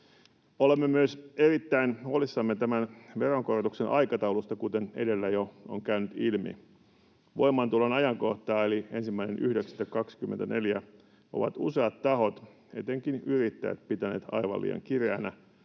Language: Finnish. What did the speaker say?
Olemme myös erittäin huolissamme tämän veronkorotuksen aikataulusta, kuten edellä jo on käynyt ilmi. Voimaantulon ajankohtaa, eli 1.9.24, ovat useat tahot, etenkin yrittäjät, pitäneet aivan liian kireänä,